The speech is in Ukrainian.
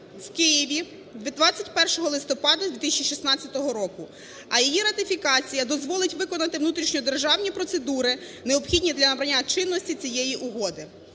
у Києві 21 листопада 2016 року. А її ратифікація дозволить виконати внутрішньодержавні процедури, необхідні для набрання чинності цієї угоди.